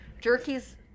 Jerky's